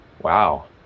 wow